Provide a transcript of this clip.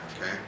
okay